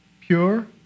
pure